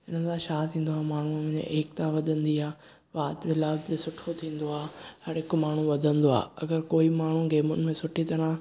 हिन छा थींदो आ माण्हू में एकता वधंदी आ बात विलात बि सुठो थींदो आ हर हिकु माण्हू वधंदो आ अगर कोई माण्हू गेमुनि में सुठी तरह